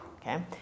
Okay